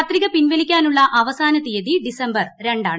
പത്രിക പിൻവലിക്കാനുള്ള അവസാന തീയതി ഡിസംബർ രണ്ടാണ്